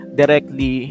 directly